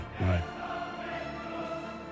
right